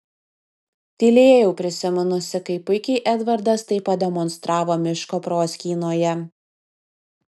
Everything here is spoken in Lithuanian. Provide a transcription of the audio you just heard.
tylėjau prisiminusi kaip puikiai edvardas tai pademonstravo miško proskynoje